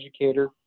educator